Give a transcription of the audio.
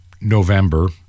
November